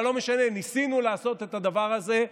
אבל לא משנה, ניסינו לעשות את הדבר הזה.